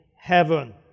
heaven